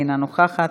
אינה נוכחת,